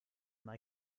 mal